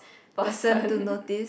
person to notice